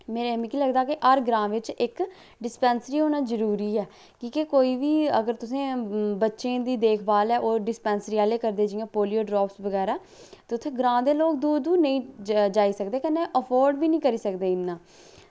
में मिगी लगदा के हर ग्रांऽ बिच इक डिस्पैंसरी होना जरूरी ऐ की के कोई वी अगर तुसें बच्चें दी देख भाल ऐ ओह् डिस्पैंसरी आह्ले करदे जियां पोलियो ड्राप्स वगैरा उत्थै ग्रांऽ दे लोक दूर दूर नेईं जाई सकदे कन्नै अफ्फोर्ड वी नेईं करी सकदे इन्ना